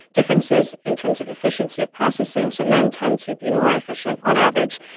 differences in terms of efficiency of processing. so men tend to be more efficient, on average,